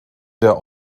der